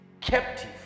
captive